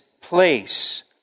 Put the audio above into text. place